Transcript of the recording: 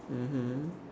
mmhmm